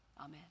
Amen